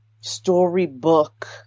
storybook